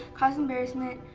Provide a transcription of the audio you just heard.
cause embarrassment